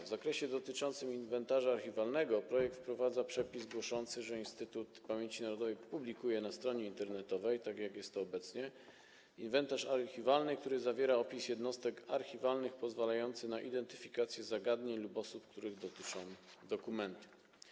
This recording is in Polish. W zakresie odnoszącym się do inwentarza archiwalnego projekt wprowadza przepis głoszący, że Instytut Pamięci Narodowej publikuje na stronie internetowej - tak jak jest to obecnie - inwentarz archiwalny, który zawiera opis jednostek archiwalnych pozwalający na identyfikację zagadnień lub osób, których dotyczą dokumenty.